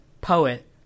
Poet